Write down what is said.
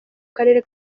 karere